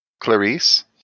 Clarice